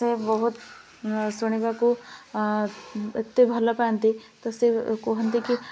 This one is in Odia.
ସେ ବହୁତ ଶୁଣିବାକୁ ଏତେ ଭଲ ପାଆନ୍ତି ତ ସେ କୁହନ୍ତି କି